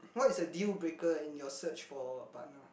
what is the deal breaker in your search of partner